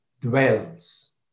dwells